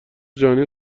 جهانی